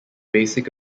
basic